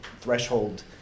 threshold